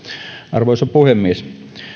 arvoisa puhemies